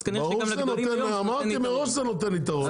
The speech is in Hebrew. אז כנראה שגם לגדולים --- ברור שזה ייתן להם יתרון,